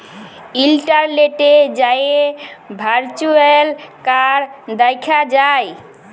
ইলটারলেটে যাঁয়ে virtual card দ্যাখা যায়